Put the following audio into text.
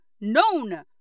known